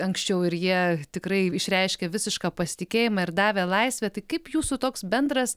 anksčiau ir jie tikrai išreiškė visišką pasitikėjimą ir davė laisvę tai kaip jūsų toks bendras